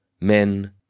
men